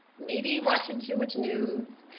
maybe watching too much news,